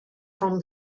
from